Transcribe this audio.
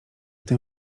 tym